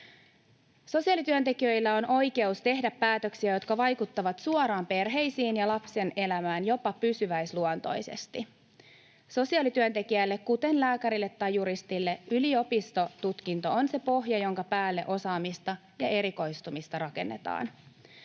Sosiaalityöntekijöillä on oikeus tehdä päätöksiä, jotka vaikuttavat suoraan perheisiin ja lapsen elämään jopa pysyväisluontoisesti. Sosiaalityöntekijälle, kuten lääkärille tai juristille, yliopistotutkinto on se pohja, jonka päälle osaamista ja erikoistumista rakennetaan.